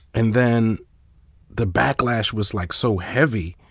and then the backlash was, like, so heavy,